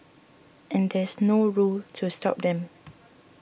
and there's no rule to stop them